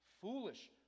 Foolish